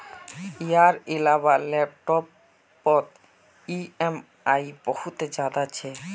यार इलाबा लैपटॉप पोत ई ऍम आई बहुत ज्यादा छे